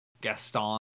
Gaston